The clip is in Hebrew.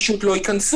פשוט לא ייכנסו.